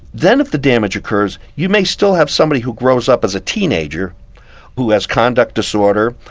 then if the damage occurs you may still have somebody who grows up as a teenager who has conduct disorder,